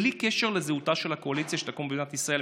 בלי קשר לזהותה של הקואליציה שתקום במדינת ישראל,